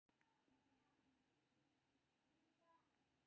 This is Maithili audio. कीटनाशक के प्रयोग कृषि मे पेड़, पौधा कें बचाबै खातिर कैल जाइ छै